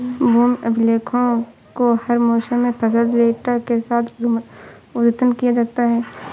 भूमि अभिलेखों को हर मौसम में फसल डेटा के साथ अद्यतन किया जाता है